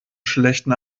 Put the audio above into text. schlechten